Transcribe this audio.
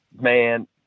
man